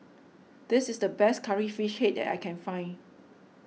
this is the best Curry Fish Head that I can find